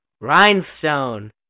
Rhinestone